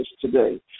today